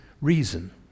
reason